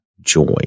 joy